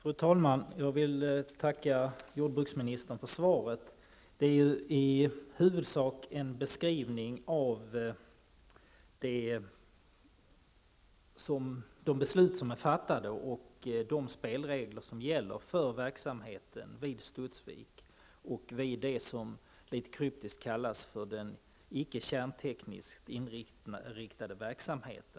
Fru talman! Jag vill tacka jordbruksministern för svaret, som i huvudsak är en beskrivning av de beslut som har fattats och av de spelregler som gäller för verksamheten vid Studsvik och för det som litet kryptiskt kallas icke kärntekniskt inriktad verksamhet.